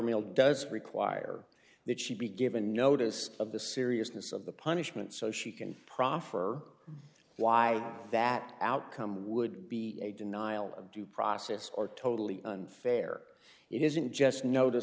k does require that she be given notice of the seriousness of the punishment so she can proffer why that outcome would be a denial of due process or totally unfair it isn't just notice